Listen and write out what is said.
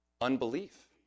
Unbelief